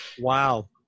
wow